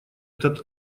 этот